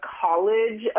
college